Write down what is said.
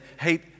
hate